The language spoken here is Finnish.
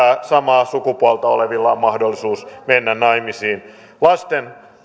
samaa sukupuolta olevilla on mahdollisuus mennä naimisiin lasten